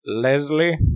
Leslie